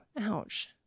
ouch